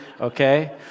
okay